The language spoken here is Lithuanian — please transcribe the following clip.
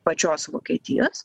pačios vokietijos